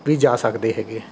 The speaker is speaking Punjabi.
ਵੀ ਜਾ ਸਕਦੇ ਹੈਗੇ